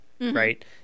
right